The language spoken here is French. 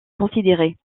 considérées